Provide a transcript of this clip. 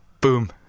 Boom